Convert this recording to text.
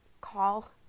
call